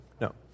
No